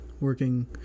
working